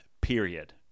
period